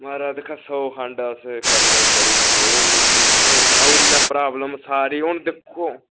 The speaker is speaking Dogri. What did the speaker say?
महाराज दिक्खा सौ खंड अस करने करूड़दे लेकिन तुसें सनाउड़ी मैं प्राब्लम सारी हून ते दिक्खो